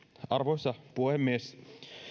arvoisa puhemies